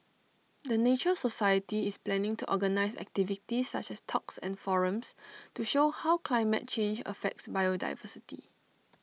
the nature society is planning to organise activities such as talks and forums to show how climate change affects biodiversity